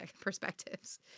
perspectives